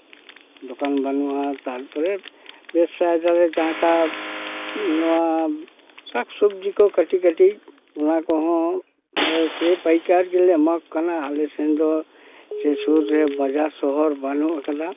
ᱫᱚᱠᱟᱱ ᱵᱟᱹᱱᱩᱜᱼᱟ ᱛᱟᱨᱯᱚᱨᱮ ᱵᱮᱵᱥᱟ ᱡᱩᱫᱤ ᱡᱟᱦᱟᱸᱴᱟᱜ ᱱᱚᱣᱟ ᱥᱟᱠ ᱥᱚᱵᱡᱤ ᱠᱚ ᱠᱟᱹᱴᱤᱡ ᱠᱟᱹᱴᱤᱡ ᱱᱚᱣᱟ ᱠᱚᱦᱚᱸ ᱚᱱᱟ ᱥᱮᱭ ᱯᱟᱭᱠᱟᱨ ᱜᱮᱞᱮ ᱮᱢᱟ ᱠᱚ ᱠᱟᱱᱟ ᱟᱞᱮ ᱥᱮᱱ ᱫᱚ ᱥᱮ ᱥᱩᱨ ᱨᱮ ᱵᱟᱡᱟᱨ ᱥᱚᱦᱚᱨ ᱵᱟᱹᱱᱩᱜ ᱠᱟᱫᱟ